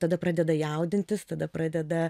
tada pradeda jaudintis tada pradeda